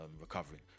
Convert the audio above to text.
recovering